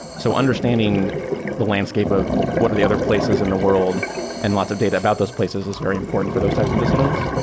so understanding the landscape of what the other places in the world and lots of data about those places is very important for those types of decisions.